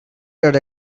reared